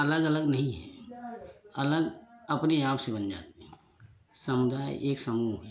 अलग अलग नहीं है अलग अपने आप से बन जाते हैं समुदाय एक समूह है